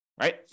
right